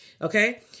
Okay